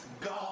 God